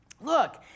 look